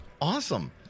awesome